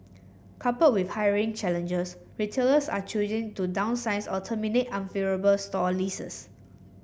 coupled with hiring challenges retailers are choosing to downsize or terminate unfavourable store leases